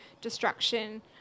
destruction